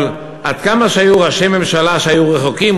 אבל עד כמה שהיו ראשי ממשלה שהיו רחוקים,